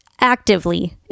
actively